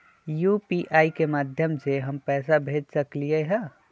UPI के माध्यम से हम पैसा भेज सकलियै ह?